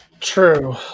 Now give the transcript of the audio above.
True